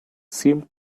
seemed